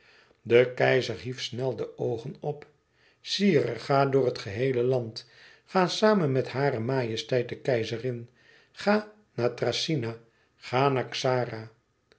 de keizer hief snel de oogen op sire ga door het geheele land ga samen met hare majesteit de keizerin ga naar thracyna ga naar xara